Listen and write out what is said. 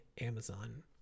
Amazon